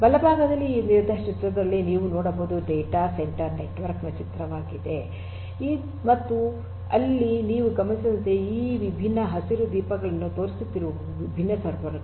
ಬಲಭಾಗದಲ್ಲಿ ಈ ನಿರ್ದಿಷ್ಟ ಚಿತ್ರದಲ್ಲಿ ನೀವು ನೋಡುವುದು ಡೇಟಾ ಸೆಂಟರ್ ನೆಟ್ವರ್ಕ್ ನ ಚಿತ್ರವಾಗಿದೆ ಮತ್ತು ಇಲ್ಲಿ ನೀವು ಗಮನಿಸಿದಂತೆ ಈ ವಿಭಿನ್ನ ಹಸಿರು ದೀಪಗಳನ್ನು ತೋರಿಸುತ್ತಿರುವುವು ವಿಭಿನ್ನ ಸರ್ವರ್ ಗಳು